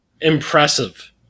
impressive